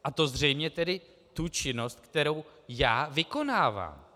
A to zřejmě tedy tu činnost, kterou já vykonávám.